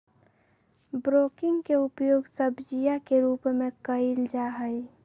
broccoli के उपयोग सब्जीया के रूप में कइल जाहई